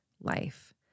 life